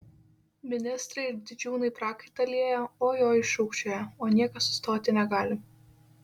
ministrai ir didžiūnai prakaitą lieja oi oi šūkčioja o niekas sustoti negali